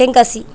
Tenkasi